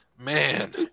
Man